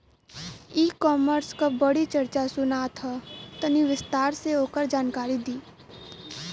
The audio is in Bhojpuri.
ई कॉमर्स क बड़ी चर्चा सुनात ह तनि विस्तार से ओकर जानकारी दी?